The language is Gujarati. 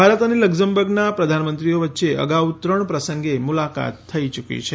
ભારત અને લકઝમબર્ગના પ્રધાનમંત્રીઓ વચ્ચે અગાઉ ત્રણ પ્રસંગે મુલાકાત થઇ યૂકી છે